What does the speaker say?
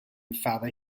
father